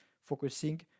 focusing